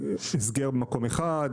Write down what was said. דין הסגר במקום אחד,